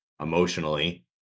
emotionally